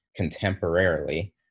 contemporarily